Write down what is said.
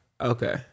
Okay